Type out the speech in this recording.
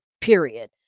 period